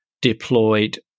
deployed